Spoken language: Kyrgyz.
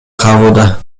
кагууда